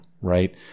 right